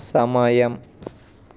సమయం